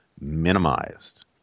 minimized